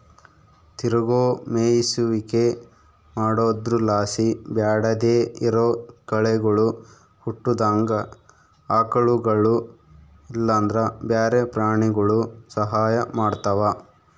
ತಿರುಗೋ ಮೇಯಿಸುವಿಕೆ ಮಾಡೊದ್ರುಲಾಸಿ ಬ್ಯಾಡದೇ ಇರೋ ಕಳೆಗುಳು ಹುಟ್ಟುದಂಗ ಆಕಳುಗುಳು ಇಲ್ಲಂದ್ರ ಬ್ಯಾರೆ ಪ್ರಾಣಿಗುಳು ಸಹಾಯ ಮಾಡ್ತವ